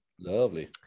Lovely